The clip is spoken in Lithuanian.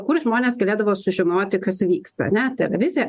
kur žmonės galėdavo sužinoti kas vyksta ane televizija